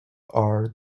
are